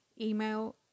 Email